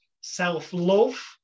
self-love